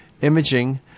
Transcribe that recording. imaging